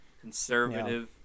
conservative